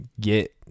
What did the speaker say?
get